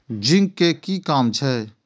Zinc के कि काम छै?